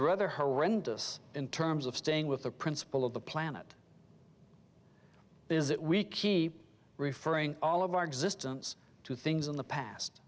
rather horrendous in terms of staying with the principle of the planet is that we keep referring all of our existence to things in the past